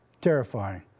terrifying